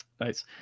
nice